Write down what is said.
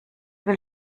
will